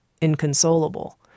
inconsolable